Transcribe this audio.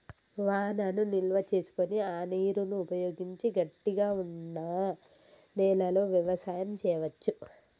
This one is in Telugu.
వానను నిల్వ చేసుకొని ఆ నీరును ఉపయోగించి గట్టిగ వున్నా నెలలో వ్యవసాయం చెయ్యవచు